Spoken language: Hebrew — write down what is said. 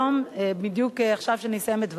היום, בדיוק עכשיו, כשאני אסיים את דברי,